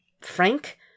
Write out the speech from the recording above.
Frank